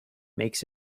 makes